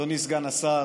אדוני סגן השר,